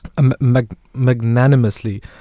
magnanimously